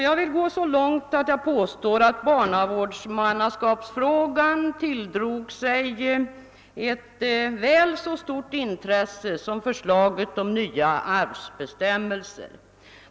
Jag vill gå så långt att jag påstår att barnavårdsmannaskapsfrågan tilldrog sig ett väl så stort intresse som förslaget om nya arvsbestämmelser.